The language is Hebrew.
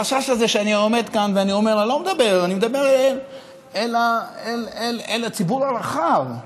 החשש הזה שאני עומד כאן ואני מדבר אל הציבור הרחב.